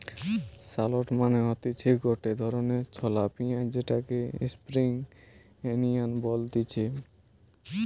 shallot মানে হতিছে গটে ধরণের ছলা পেঁয়াজ যেটাকে স্প্রিং আনিয়ান বলতিছে